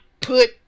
put